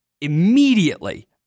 Immediately